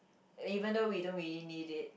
even though we don't we really need it